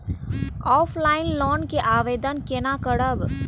Offline loan के आवेदन केना करब?